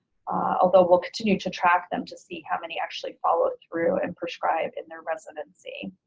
although we'll continue to track them to see how many actually follow through and prescribed in their residency.